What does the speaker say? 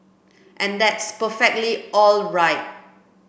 and that's perfectly all right